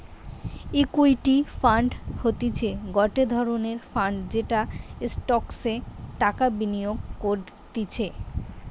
equity fund হতিছে গটে ধরণের ফান্ড যেটা স্টকসে টাকা বিনিয়োগ করতিছে